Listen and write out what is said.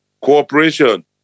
cooperation